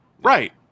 right